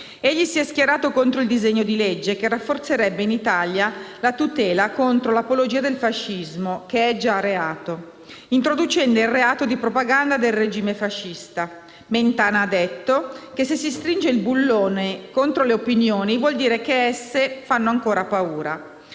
Egli si è schierato contro il disegno di legge che rafforzerebbe in Italia la tutela contro l'apologia del fascismo (che è già reato), introducendo il reato di propaganda del regime fascista. Mentana ha detto che se si stringe il bullone contro le opinioni vuol dire che esse fanno ancora paura.